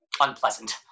Unpleasant